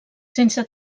sense